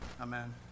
Amen